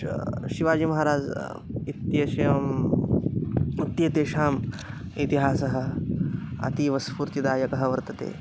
श शिवाजीमहाराजः इत्येषाम् इत्येतेषाम् इतिहासः अतीव स्फूर्तिदायकः वर्तते